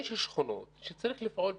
יש שכונות שצריך לפעול בהן.